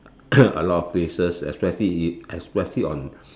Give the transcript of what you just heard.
a lot of phrases especially if especially on